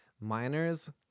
miners